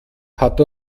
hat